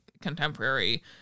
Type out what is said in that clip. contemporary